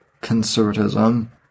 conservatism